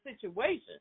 situation